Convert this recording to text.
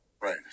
Right